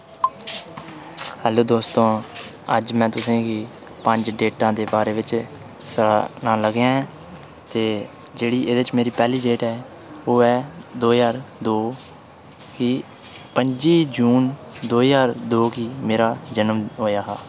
hello दोस्तो अज्ज मैं तुसेंगी पंज डेटें दे बारै च सनान लग्गेआ ऐं ते जेह्ड़ी एह्दे च मेरी पैह्ली डेट ऐ ओह् ऐ दो ज्हार दो कि पंजी जून दो ज्हार दो गी मेरा जनम होएया हा